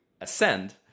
Ascend